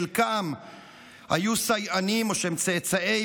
חלקם היו סייענים או שהם צאצאי